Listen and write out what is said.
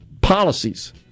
policies